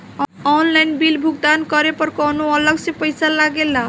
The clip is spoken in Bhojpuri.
ऑनलाइन बिल भुगतान करे पर कौनो अलग से पईसा लगेला?